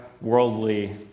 worldly